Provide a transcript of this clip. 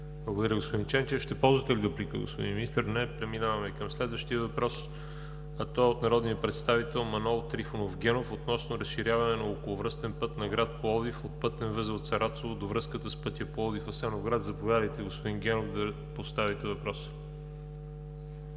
Благодаря, господин Ченчев. Ще ползвате ли дуплика, господин Министър? Не. Преминаваме към следващия въпрос, а той е от народния представител Манол Трифонов Генов относно разширяване на околовръстен път на град Пловдив от пътен възел Царацово до връзката с пътя Пловдив – Асеновград. Заповядайте, господин Генов, да поставите въпроса.